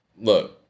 look